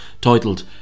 titled